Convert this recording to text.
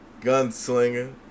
gunslinger